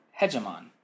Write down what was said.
hegemon